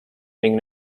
ning